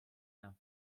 and